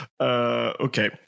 okay